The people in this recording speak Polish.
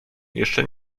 jeszcze